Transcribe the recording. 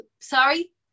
sorry